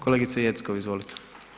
Kolegice Jeckov, izvolite.